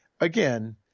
again